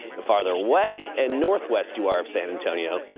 the farther west and northwest to our san antonio,